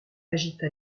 agita